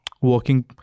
working